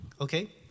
Okay